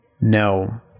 No